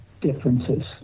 differences